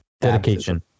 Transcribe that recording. Dedication